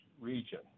region